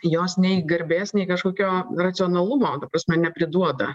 jos nei garbės nei kažkokio racionalumo ta prasme nepriduoda